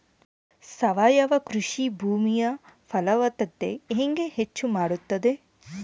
ಸಾವಯವ ಕೃಷಿ ಭೂಮಿಯ ಫಲವತ್ತತೆ ಹೆಂಗೆ ಹೆಚ್ಚು ಮಾಡುತ್ತದೆ?